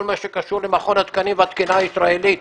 מה שקשור למכון התקנים והתקינה הישראלית.